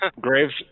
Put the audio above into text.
Graves